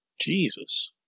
Jesus